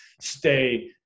stay